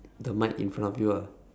the mic in front of you ah